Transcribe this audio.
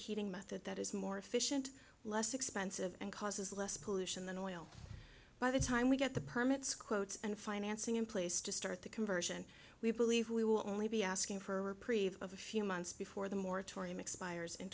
heating method that is more efficient less expensive and causes less pollution than oil by the time we get the permits quotes and financing in place to start the conversion we believe we will only be asking for a preview of a few months before the moratorium expires in